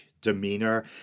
demeanor